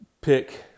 pick